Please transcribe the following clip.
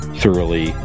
thoroughly